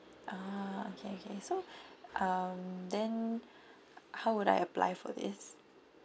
ah okay okay so um then how would I apply for this